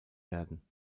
werden